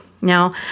Now